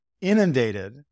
inundated